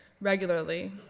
regularly